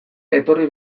etorri